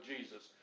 Jesus